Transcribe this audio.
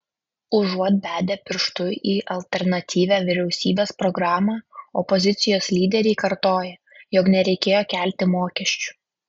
užuot bedę pirštu į alternatyvią vyriausybės programą opozicijos lyderiai kartoja jog nereikėjo kelti mokesčių